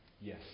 Yes